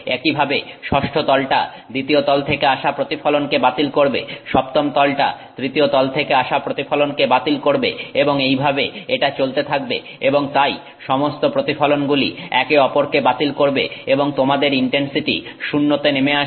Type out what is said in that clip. একইভাবে ষষ্ঠ তলটা দ্বিতীয় তল থেকে আসা প্রতিফলনকে বাতিল করবে সপ্তম তলটা তৃতীয় তল থেকে আসা প্রতিফলনকে বাতিল করবে এবং এইভাবে এটা চলতে থাকবে এবং তাই সমস্ত প্রতিফলনগুলি একে অপরকে বাতিল করবে এবং তোমাদের ইনটেনসিটি 0 তে নেমে আসবে